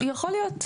יכול להיות.